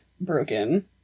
broken